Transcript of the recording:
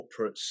corporates